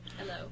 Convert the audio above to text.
Hello